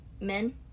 men